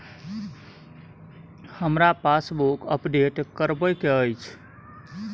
हमरा passbook update करैबे के अएछ?